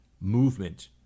movement